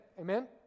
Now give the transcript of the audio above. Amen